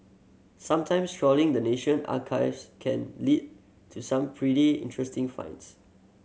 sometimes trawling the National Archives can lead to some pretty interesting finds